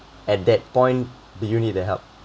at that point the you need the help